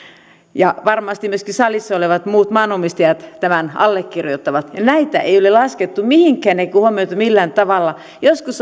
varmasti myöskin salissa olevat muut maanomistajat tämän allekirjoittavat näitä ei ole laskettu mihinkään eikä huomioitu millään tavalla joskus